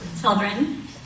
children